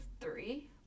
Three